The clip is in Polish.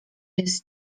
jest